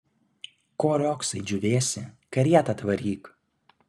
ko riogsai džiūvėsi karietą atvaryk